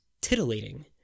titillating